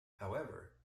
however